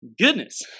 goodness